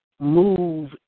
move